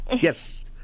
yes